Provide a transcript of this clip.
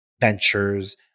ventures